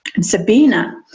sabina